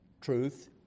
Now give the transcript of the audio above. truth